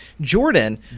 Jordan